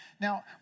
Now